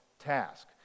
task